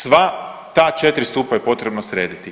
Sva ta 4 stupa je potrebno srediti.